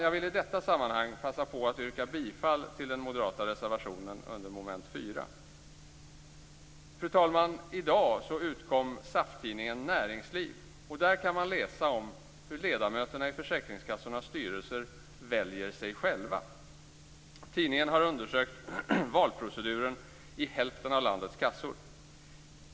Jag vill i detta sammanhang passa på att yrka bifall till den moderata reservationen under mom. 4. I den i dag utkomna SAF-tidningen Näringsliv kan man läsa om hur ledamöterna i försäkringskassornas styrelser väljer sig själva. Tidningen har undersökt valproceduren i hälften av landets kassor.